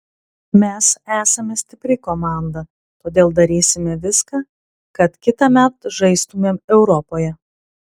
mes esame stipri komanda todėl darysime viską kad kitąmet žaistumėm europoje